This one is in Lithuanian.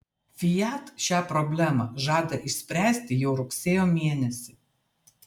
fiat šią problemą žada išspręsti jau rugsėjo mėnesį